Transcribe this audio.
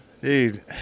dude